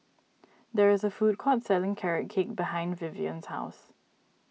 there is a food court selling Carrot Cake behind Vivian's house